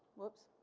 whoops,